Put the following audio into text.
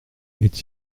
est